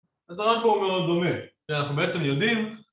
אז זה רק פעול מאוד דומה, שאנחנו בעצם יודעים